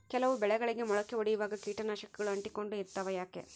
ಕೆಲವು ಬೆಳೆಗಳಿಗೆ ಮೊಳಕೆ ಒಡಿಯುವಾಗ ಕೇಟನಾಶಕಗಳು ಅಂಟಿಕೊಂಡು ಇರ್ತವ ಯಾಕೆ?